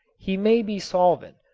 he may be solvent,